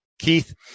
Keith